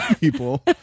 people